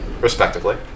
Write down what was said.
Respectively